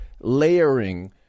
layering